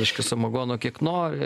reiškia samagono kiek nori